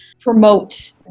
promote